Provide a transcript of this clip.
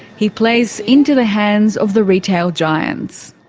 he plays into the hands of the retail giants.